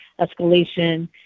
escalation